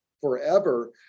forever